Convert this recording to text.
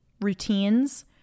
routines